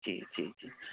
जी जी जी